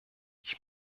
ich